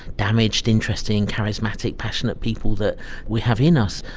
damaged, interesting charismatic, passionate people that we have in us.